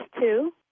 two